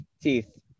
teeth